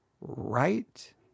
right